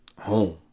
home